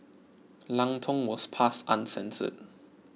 Lang Tong was passed uncensored